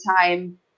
time